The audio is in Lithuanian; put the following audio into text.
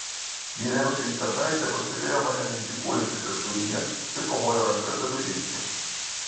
vyriausioji tarnaitė pastebėjo mane mindžikuojantį tarpduryje ir pamojo ranka kad užeičiau